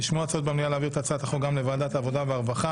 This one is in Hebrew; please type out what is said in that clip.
נשמעו הצעות במליאה להעביר את הצעת החוק גם לוועדת העבודה והרווחה.